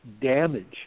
damage